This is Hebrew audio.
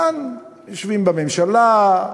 כאן יושבים בממשלה,